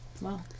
wow